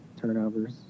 turnovers